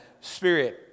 Spirit